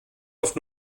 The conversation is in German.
auf